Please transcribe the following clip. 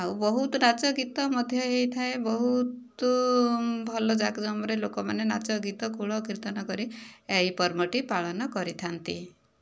ଆଉ ବହୁତ ନାଚ ଗୀତ ମଧ୍ୟ ହୋଇଥାଏ ବହୁତ ଭଲ ଜାକଜକମରେ ଲୋକମାନେ ନାଚ ଗୀତ କୁଳ କୀର୍ତ୍ତନ କରି ଏହି ପର୍ବଟି ପାଳନ କରିଥାନ୍ତି